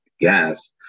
gas